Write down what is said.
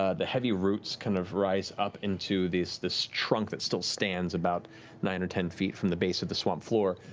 ah the heavy roots kind of rise up into this this trunk that still stands about nine or ten feet from the base of the swamp floor.